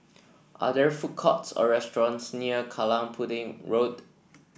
are there food courts or restaurants near Kallang Pudding Road